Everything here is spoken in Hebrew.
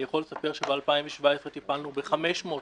אני יכול לספר שב-2017 טיפלנו ב-500 תלונות,